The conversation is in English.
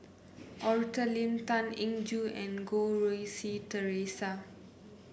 Arthur Lim Tan Eng Joo and Goh Rui Si Theresa